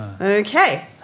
Okay